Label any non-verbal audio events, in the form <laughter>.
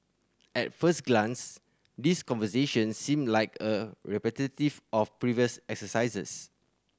at first glance these conversations seem like a <unintelligible> of previous exercises